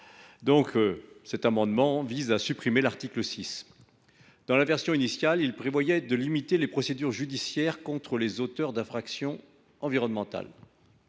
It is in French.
Cet amendement vise à supprimer l’article 6. Dans la version initiale du texte, ce dernier limitait les procédures judiciaires contre les auteurs d’infractions environnementales.